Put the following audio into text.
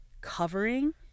covering